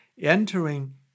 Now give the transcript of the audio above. entering